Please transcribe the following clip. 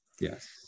Yes